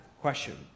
question